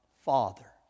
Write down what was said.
Father